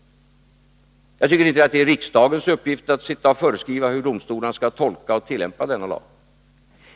Jag tycker inte att det är riksdagens uppgift att föreskriva hur domstolarna skall tolka och tillämpa denna lag.